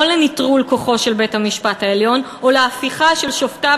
לא לנטרול כוחו של בית-המשפט העליון או להפיכה של שופטיו